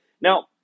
Now